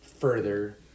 further